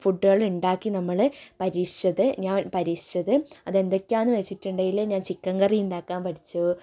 ഫുഡ്ഡുകൾ ഉണ്ടാക്കി നമ്മൾ പരീക്ഷിച്ചത് ഞാൻ പരീക്ഷിച്ചത് അത് എന്തൊക്കെയാന്നു വെച്ചിട്ടുണ്ടെങ്കിൽ ഞാൻ ചിക്കൻ കറി ഉണ്ടാക്കാൻ പഠിച്ചു